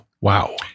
Wow